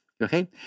okay